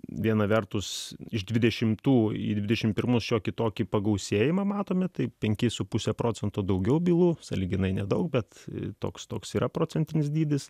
viena vertus iš dvidešimtų į dvidešim pirmus šiokį tokį pagausėjimą matome taip penkis su puse procento daugiau bylų sąlyginai nedaug bet toks toks yra procentinis dydis